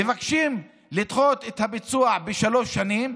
מבקשים לדחות את הביצוע בשלוש שנים